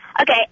Okay